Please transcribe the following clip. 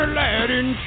Aladdin